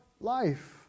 life